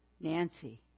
Nancy